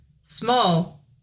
small